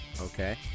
Okay